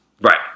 Right